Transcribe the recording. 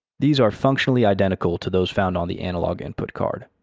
these are functionally identical to those found on the analog input card.